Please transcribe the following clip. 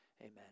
amen